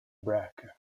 barker